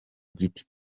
giti